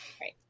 right